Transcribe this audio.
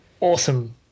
awesome